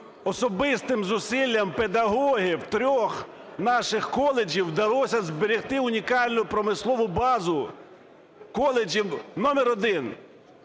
особистим зусиллям педагогів трьох наших коледжів вдалося зберегти унікальну промислову базу коледжу номер один.